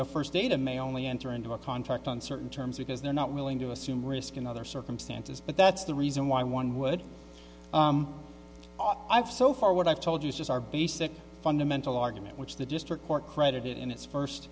know first data may only enter into a contract on certain terms because they're not willing to assume risk in other circumstances but that's the reason why one would have so far what i've told you says our basic fundamental argument which the district court credited in its first